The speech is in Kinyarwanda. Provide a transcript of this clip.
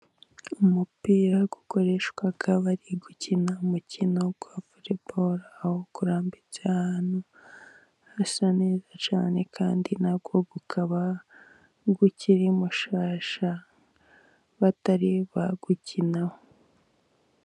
Umupira ukoreshwa bari gukina umukino wa voreboru aho urambitsa ahantu hasa neza cyane, kandi nawo ukaba ukiri mushasha batari bawukinaho.